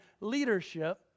leadership